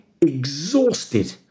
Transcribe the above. exhausted